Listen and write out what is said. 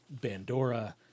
Bandora